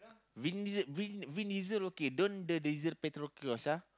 Vin-Di~ Vin Vin-Diesel okay don't diesel petrol kiosk ah